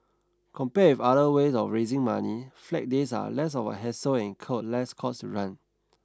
compared other ways of raising money flag days are less of a hassle and incur less cost to run